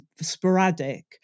sporadic